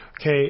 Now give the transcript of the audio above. Okay